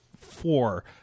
four